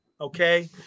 Okay